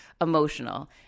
emotional